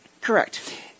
Correct